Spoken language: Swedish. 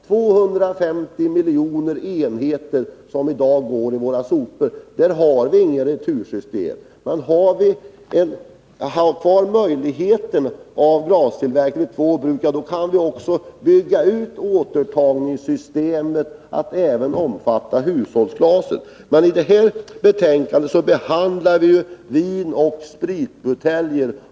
250 miljoner enheter går i dag i våra sopor, utan att beröras av något retursystem. Har vi kvar möjligheten till glastillverkning vid två bruk, kan vi bygga ut återtagningssystemet till att även omfatta hushållsglaset. I detta betänkande behandlar vi ju enbart vinoch spritbuteljer.